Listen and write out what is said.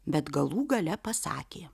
bet galų gale pasakė